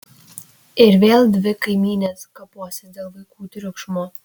ir vėl dvi kaimynės kaposis dėl vaikų triukšmo